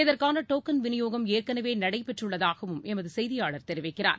இதற்கான டோக்கன் விநியோகம் ஏற்கனவே நடைபெற்றுள்ளதாக எமது செய்தியாளர் தெரிவிக்கிறார்